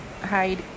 Hide